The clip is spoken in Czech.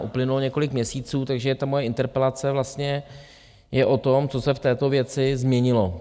Uplynulo několik měsíců, takže moje interpelace je vlastně o tom, co se v této věci změnilo?